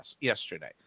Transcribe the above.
yesterday